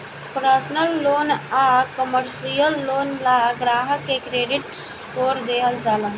personal loan आ commercial loan ला ग्राहक के क्रेडिट स्कोर देखल जाला